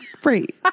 Free